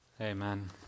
Amen